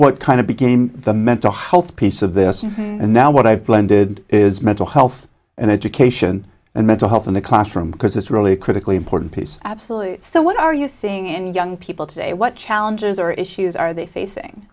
what kind of became the mental health piece of this and now what i've planted is mental health and education and mental health in the classroom because it's really critically important piece absolutely so what are you seeing in young people today what challenges or issues are they facing